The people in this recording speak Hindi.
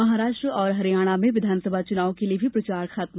महाराष्ट्र और हरियाणा में विधानसभा चुनाव के लिये भी प्रचार खत्म